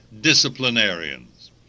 disciplinarians